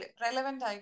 relevant